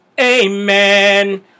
Amen